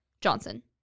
Johnson